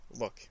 look